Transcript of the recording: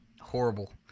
Horrible